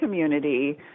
community